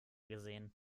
gesehen